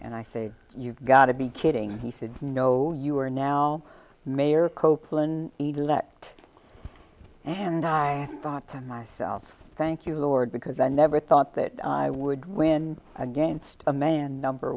and i said you've got to be kidding he said no you are now mayor copeland elect and i thought to myself thank you lord because i never thought that i would win against a man number